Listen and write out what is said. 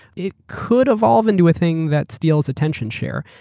it could evolve into thing that steals attention share.